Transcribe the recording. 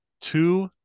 Two